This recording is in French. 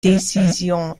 décisions